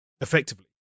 Effectively